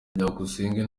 byukusenge